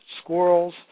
squirrels